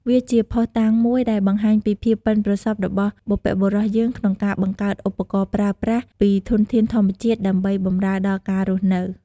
វាជាភស្តុតាងមួយដែលបង្ហាញពីភាពប៉ិនប្រសប់របស់បុព្វបុរសយើងក្នុងការបង្កើតឧបករណ៍ប្រើប្រាស់ពីធនធានធម្មជាតិដើម្បីបម្រើដល់ការរស់នៅ។